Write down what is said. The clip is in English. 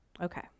okay